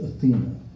Athena